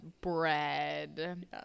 bread